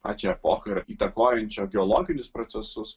pačią epochą ir įtakojančio geologinius procesus